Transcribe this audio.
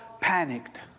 panicked